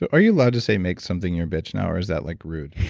ah are you allowed to say make something your bitch now or is that like rude?